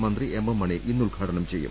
മന്ത്രി M M Mani ഇന്ന്ഉദ്ഘാടനം ചെയ്യും